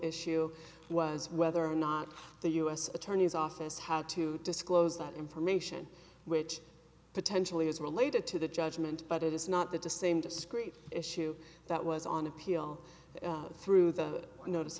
issue was whether or not the u s attorney's office had to disclose that information which potentially is related to the judgment but it is not that the same discrete issue that was on appeal through the notice